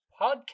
podcast